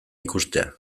ikustea